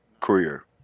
career